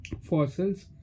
fossils